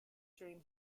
dream